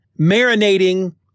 marinating